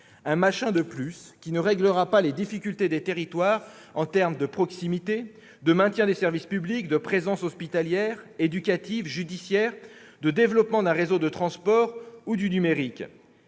« machin » de plus qui ne réglera pas les difficultés des territoires en termes de proximité, de maintien des services publics, de présence hospitalière, éducative et judiciaire, de développement d'un réseau de transport ou numérique